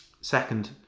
Second